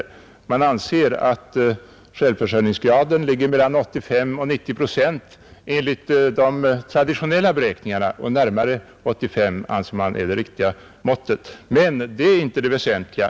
av överenskommel Man anser att självförsörjningsgraden enligt de traditionella beräksen om nordisk ningsnormerna ligger mellan 85 och 90 procent; närmare 85 procent tentamensgiltighet anser experterna vara den riktiga siffran. Men det är inte det väsentliga.